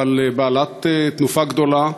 אבל בעלת תנופה גדולה,